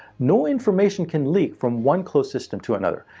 no information can leak from one closed system to another.